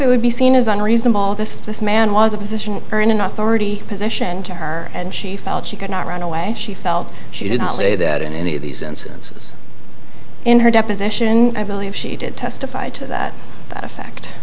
it would be seen as unreasonable this man was a physician earned enough already position to her and she felt she could not run away she felt she did not say that in any of these instances in her deposition i believe she did testify to that effect